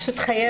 פשוט חייבת.